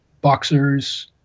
boxers